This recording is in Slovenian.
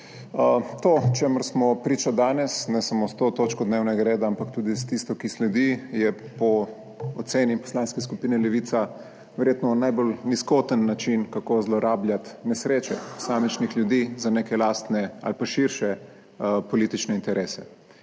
To, čemur smo priča danes, ne samo s to točko dnevnega reda, ampak tudi s tisto, ki sledi, je po oceni Poslanske skupine Levica verjetno najbolj nizkoten način kako zlorabljati nesreče posamičnih ljudi za neke lastne ali pa širše politične interese.